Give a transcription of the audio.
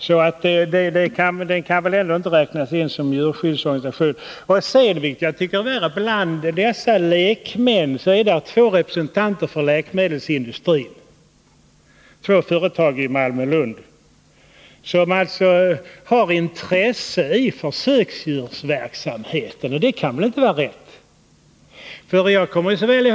Svenska kyrkan kan alltså inte räknas in bland djurskyddsorganisationerna. Värre är att det bland dessa lekmän finns två representanter för läkemedelsindustrin — två läkemedelsföretag i Malmö-Lund. Dessa företag har intressen i försöksdjursverksamheten. Det kan väl inte vara rätt att de utser lekmannarepresentanter.